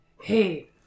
Hey